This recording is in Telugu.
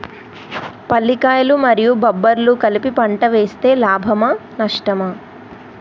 పల్లికాయలు మరియు బబ్బర్లు కలిపి పంట వేస్తే లాభమా? నష్టమా?